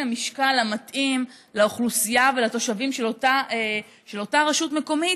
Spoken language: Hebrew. המשקל המתאים לאוכלוסייה ולתושבים של אותה רשות מקומית,